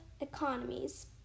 economies